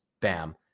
Bam